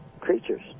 creatures